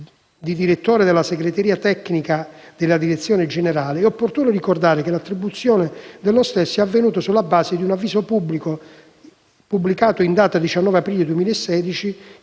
di direttore della segreteria tecnica della direzione generale, è opportuno ricordare che l'attribuzione dello stesso è avvenuta sulla base di un avviso, pubblicato in data 19 aprile 2016,